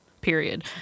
period